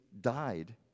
died